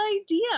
idea